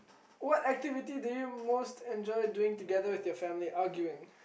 what activity do you most enjoy doing together with your family arguing